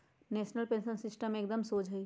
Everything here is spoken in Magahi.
नेशनल पेंशन सिस्टम एकदम शोझ हइ